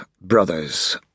brothers